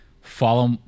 follow